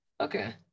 Okay